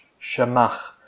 shemach